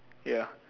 ya